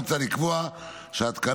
מוצע לקבוע שההתקנה,